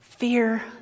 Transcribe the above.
Fear